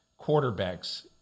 quarterbacks